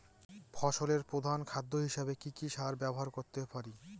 ফসলের প্রধান খাদ্য হিসেবে কি কি সার ব্যবহার করতে পারি?